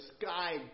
sky